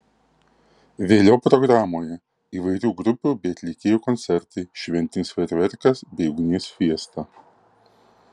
vėliau programoje įvairių grupių bei atlikėjų koncertai šventinis fejerverkas bei ugnies fiesta